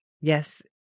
yes